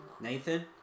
Nathan